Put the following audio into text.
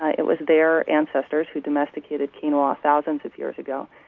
it was their ancestors who domesticated quinoa thousands of years ago.